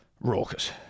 Raucous